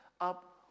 up